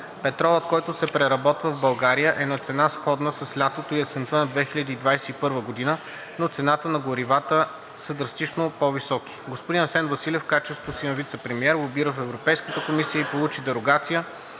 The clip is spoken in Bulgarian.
Петролът, който се преработва в България, е на цена, сходна с лятото и есента на 2021 г., но цените на горивата са драстично по-високи. Господин Асен Василев в качеството си на вицепремиер лобира в Европейската комисия и получи дерогация,